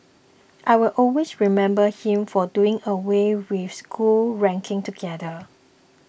I will always remember him for doing away with school ranking together